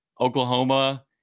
Oklahoma